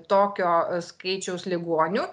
tokio skaičiaus ligonių